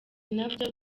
nabyo